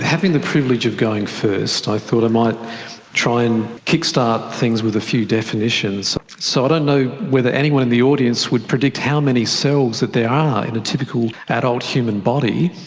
having the privilege of going first, i thought i might try and kick-start things with a few definitions. so i don't know whether anyone in the audience would predict how many cells that there are in a typical adult human body.